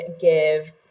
give